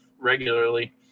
regularly